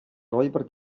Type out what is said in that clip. räuber